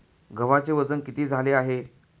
गव्हाचे वजन किती झाले आहे?